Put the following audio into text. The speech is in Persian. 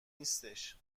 نیستش